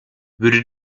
würde